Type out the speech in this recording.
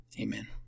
Amen